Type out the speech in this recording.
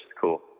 cool